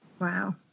Wow